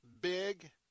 big